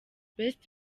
best